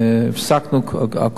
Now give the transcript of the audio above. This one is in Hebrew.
הפסקנו הכול,